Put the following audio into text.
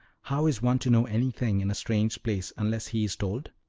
how is one to know anything in a strange place unless he is told?